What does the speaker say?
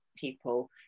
people